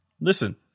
Listen